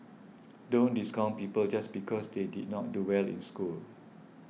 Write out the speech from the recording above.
don't discount people just because they did not do well in school